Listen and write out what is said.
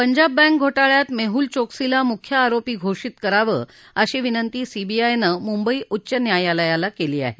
Punjab bank घोटाळ्यात मेहुल चोक्सीला मुख्य आरोपी घोषित करावं अशी विनंती सीबीआयनं मुंबई उच्च न्यायालयाला केली आहे